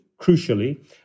crucially